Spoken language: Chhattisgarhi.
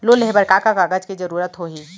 लोन लेहे बर का का कागज के जरूरत होही?